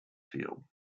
field